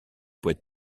poète